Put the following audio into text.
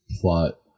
Plot